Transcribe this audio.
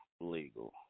legal